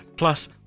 Plus